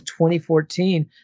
2014